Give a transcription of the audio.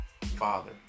father